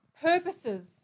purposes